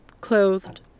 clothed